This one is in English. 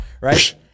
right